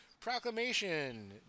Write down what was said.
Proclamation